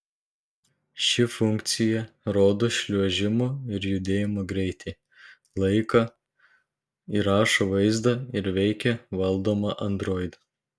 ši funkcija rodo šliuožimo ir judėjimo greitį laiką įrašo vaizdą ir veikia valdoma android